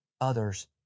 others